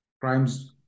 crimes